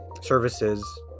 services